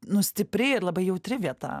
nu stipri ir labai jautri vieta